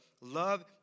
love